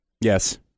Yes